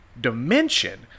dimension